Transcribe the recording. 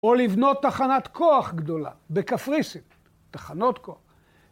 או לבנות תחנת כוח גדולה בקפריסין, תחנות כוח.